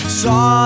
saw